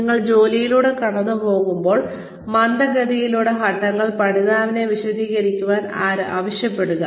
നിങ്ങൾ ജോലിയിലൂടെ കടന്നുപോകുമ്പോൾ മന്ദഗതിയിലുള്ള ഘട്ടങ്ങൾ പഠിതാവിനെ വിശദീകരിക്കാൻ ആവശ്യപ്പെടുക